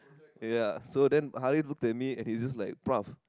ya so then Harrith looked at me and he's just like bruv